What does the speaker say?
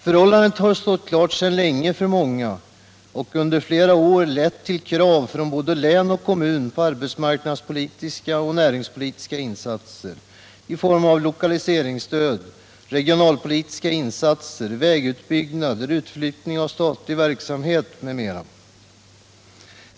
Förhållandet har sedan länge stått klart för många och under flera år lett till krav från både län och kommun på arbetsmarknadspolitiska och näringspolitiska insatser i form av lokaliseringsstöd, regionalpolitiska insatser, vägutbyggnader, utflyttning av statlig verksamhet m.m.